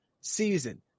season